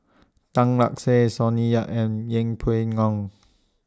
Tan Lark Sye Sonny Yap and Yeng Pway Ngon